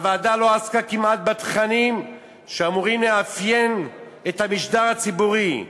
הוועדה לא עסקה כמעט בתכנים שאמורים לאפיין את המשדר הציבורי.